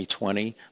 2020